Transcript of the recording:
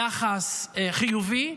יחס חיובי,